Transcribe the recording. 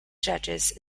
judges